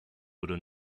wurde